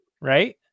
right